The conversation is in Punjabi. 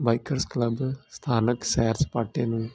ਬਾਈਕਰਸ ਕਲੱਬ ਸਥਾਨਕ ਸੈਰ ਸਪਾਟੇ ਨੂੰ